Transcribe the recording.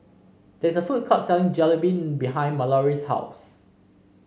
there is a food court selling Jalebi behind Mallorie's house